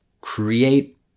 create